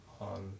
on